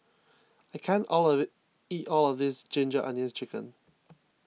I can't all of it eat all of this Ginger Onions Chicken